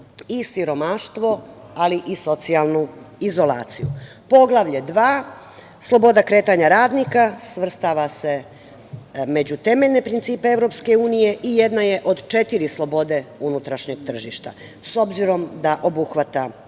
i siromaštvo, ali i socijalnu izolaciju. Poglavlje dva, sloboda kretanja radnika, svrstava se među temeljne principe Evropske unije i jedna je od četiri slobode unutrašnjeg tržišta. S obzirom da obuhvata